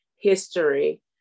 history